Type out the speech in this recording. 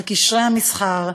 על קשרי המסחר,